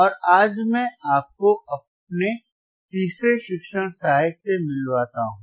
और आज मैं आपको अपने तीसरे शिक्षण सहायक से मिलवाता हूँ